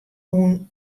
oan